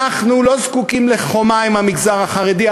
אנחנו לא זקוקים לחומה עם המגזר החרדי,